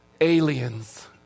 Aliens